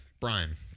Brian